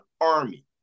army